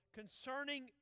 concerning